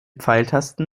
pfeiltasten